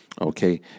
Okay